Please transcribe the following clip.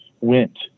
went